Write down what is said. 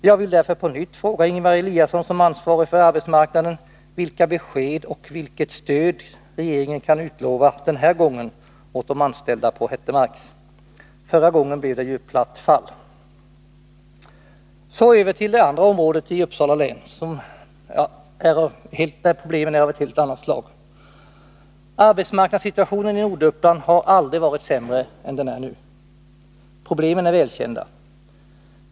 Jag vill därför på nytt fråga Ingemar Eliasson som ansvarig för arbetsmarknadsfrågorna, vilka besked och vilket stöd regeringen den här gången kan utlova de anställda på Hettemarks. Förra gången blev det ju platt fall. Så över till det andra området i Uppsala län, där problemen är av ett helt annat slag. Arbetsmarknadssituationen i Norduppland har aldrig varit sämre än den är nu. Problemen är välkända.